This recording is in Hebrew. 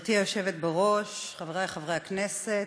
גברתי היושבת-ראש, חברי חברי הכנסת,